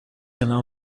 allow